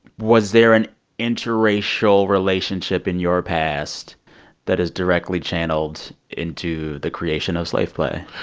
was there an interracial relationship in your past that has directly channeled into the creation of slave play?